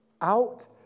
out